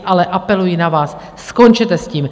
Ale apeluji na vás, skončete s tím!